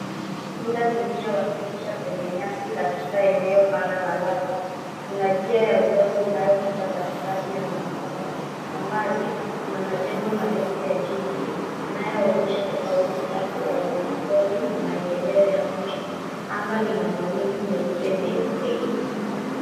Punda milia wakilisha kwenye nyasi katika eneo pana la wazi. Kuna njia ya udongo inayopita katikati ya mandhari. Kwa mbali, kuna majengo marefu ya jiji yanayoonyesha tofauti kati ya wanyama pori na maendeleo ya mji. Anga lina mawingu meupe meupe.